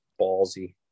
ballsy